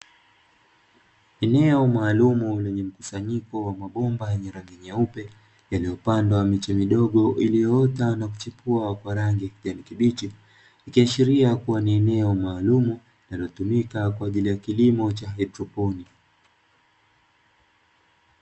Eneo maalumu lenye mkusanyiko wa mabomba yenye rangi nyeupe yaliyopandwa miche midogo iliyoota na kuchipua kwa rangi ya kijani kibichi ikiashiria kuwa ni eneo maalumu yaliotumika kwa ajili ya kilimo cha haidroponiki.